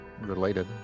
related